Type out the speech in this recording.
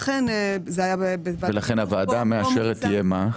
לכן הוועדה המאשרת תהיה מה?